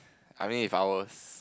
I mean If I was